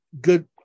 good